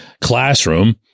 classroom